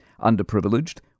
underprivileged